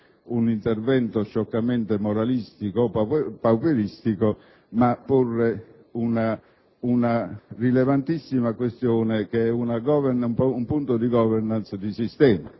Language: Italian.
un intervento scioccamente moralistico o pauperistico, ma abbiamo voluto porre una rilevantissima questione, che è un punto di *governance* di sistema.